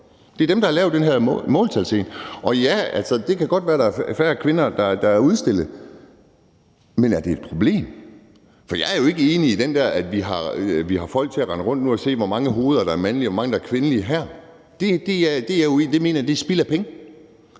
Det er dem, der har lavet det med måltal. Og ja, altså, det kan godt være, at der er færre kvinder, der bliver udstillet. Men er det et problem? For jeg er jo ikke enig i det med, at vi nu skal have folk til at rende rundt og se, hvor mange hoveder der er mandlige, og hvor mange hoveder der er kvindelige her. Det mener jeg er spild af penge.